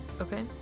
okay